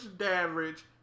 average